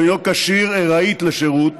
או אינו כשיר ארעית לשירות,